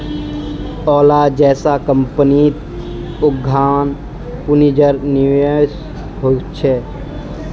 ओला जैसा कम्पनीत उद्दाम पून्जिर निवेश होछे